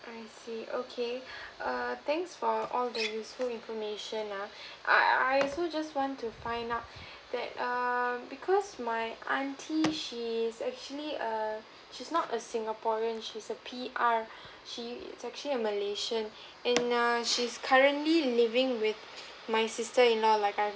I see okay err thanks for all the useful information uh I I also just want to find out that err because my auntie she's actually a she's not a singaporean she's a P_R she's actually a malaysian and err she's currently living with my sister in law like I